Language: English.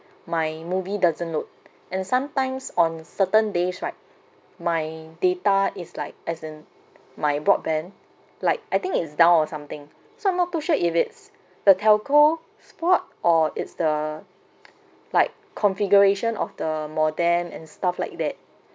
my movie doesn't load and sometimes on certain days right my data is like as in my broadband like I think is down or something so I'm not too sure if it's the telco's fault or it's the like configuration of the modem and stuff like that